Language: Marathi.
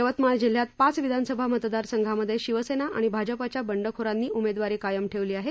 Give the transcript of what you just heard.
यवतमाळ जिल्ह्यात पाच विधानसभा मतदारसंघामध्ये शिवसेना आणि भाजपच्या बंडखोरांनी उमेदवारी कायम ठेवली आहे